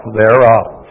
thereof